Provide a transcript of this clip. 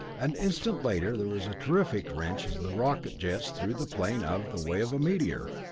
an instant later there was a terrific wrench as the rocket jets threw the plane out of the way of a meteor.